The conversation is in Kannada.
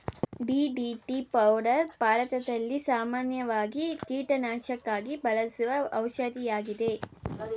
ಡಿ.ಡಿ.ಟಿ ಪೌಡರ್ ಭಾರತದಲ್ಲಿ ಸಾಮಾನ್ಯವಾಗಿ ಕೀಟನಾಶಕಕ್ಕಾಗಿ ಬಳಸುವ ಔಷಧಿಯಾಗಿದೆ